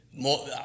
more